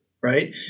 right